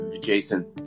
Jason